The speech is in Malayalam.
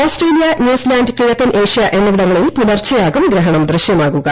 ഓസ്ട്രേലിയ ന്യൂസിലന്റ് കിഴക്കൻ ഏഷ്യ എന്നിവിടങ്ങളിൽ പുലർച്ചെയാകും ഗ്രഹണം ദൃശ്യമാകുക